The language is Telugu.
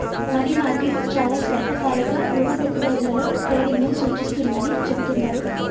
మనీ మార్కెట్ చాలా స్వల్పకాలిక రుణ పెట్టుబడులలో ట్రేడింగ్ను సూచిస్తుందని చెబుతున్నరు